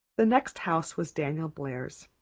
the next house was daniel blair's.